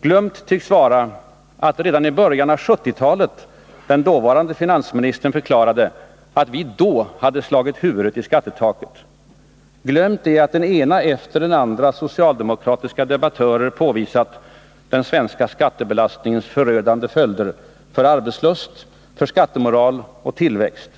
Glömt tycks vara att redan i början av: 1970-talet den dåvarande finansministern förklarade att vi hade slagit huvudet i skattetaket. Glömt är att den ene efter den andre socialdemokratiske debattören påvisat den svenska skattebelastningens förödande följder för arbetslust, skattemoral och tillväxt.